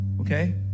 okay